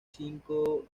cinco